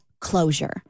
closure